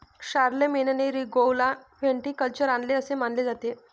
शारलेमेनने रिंगौला व्हिटिकल्चर आणले असे मानले जाते